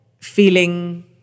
feeling